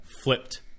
flipped